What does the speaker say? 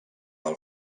del